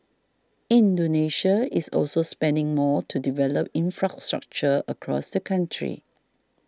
Indonesia is also spending more to develop infrastructure across the country